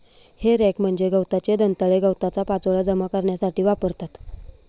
हे रॅक म्हणजे गवताचे दंताळे गवताचा पाचोळा जमा करण्यासाठी वापरतात